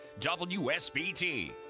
WSBT